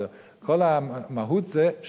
my grandfather, כל המהות, זה שלילי.